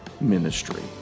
ministry